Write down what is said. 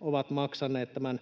ovat maksaneet tämän